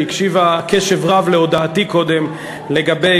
שהקשיבה קשב רב להודעתי קודם לגבי,